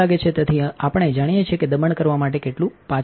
તેથી આપણે જાણીએ છીએ કે દબાણ કરવા માટે કેટલું પાછળ છે